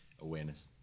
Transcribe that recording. awareness